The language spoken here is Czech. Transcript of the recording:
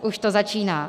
Už to začíná.